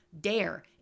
dare